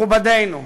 מכובדנו,